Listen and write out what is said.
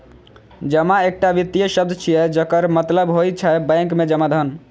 जमा एकटा वित्तीय शब्द छियै, जकर मतलब होइ छै बैंक मे जमा धन